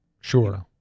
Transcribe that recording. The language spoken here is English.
Sure